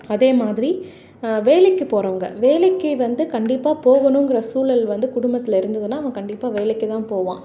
அதே மாதிரி வேலைக்கு போகிறவங்க வேலைக்கு வந்து கண்டிப்பாக போகணுங்கிற சூழல் வந்து குடும்பத்தில் இருந்ததுனால் அவன் கண்டிப்பாக வேலைக்கு தான் போவான்